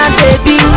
baby